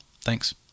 Thanks